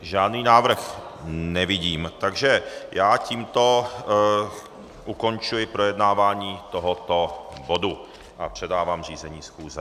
Žádný návrh nevidím, takže tímto ukončuji projednávání tohoto bod a předávám řízení schůze.